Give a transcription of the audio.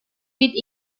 with